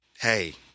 Hey